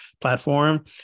platform